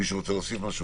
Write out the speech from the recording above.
מישהו רוצה להוסיף משהו?